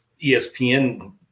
ESPN